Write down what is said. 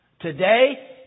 Today